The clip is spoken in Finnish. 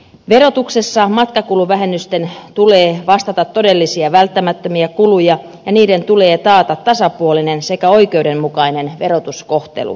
verotuksessa matkakuluvähennysten tulee vastata todellisia välttämättömiä kuluja ja niiden tulee taata tasapuolinen sekä oikeudenmukainen verotuskohtelu